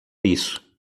isso